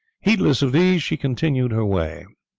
heedless of these she continued her way.